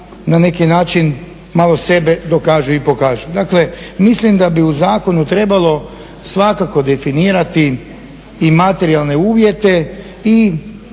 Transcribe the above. na neki način malo sebe dokažu i pokažu. Dakle, mislim da bi u zakonu trebalo svakako definirati i materijalne uvjete i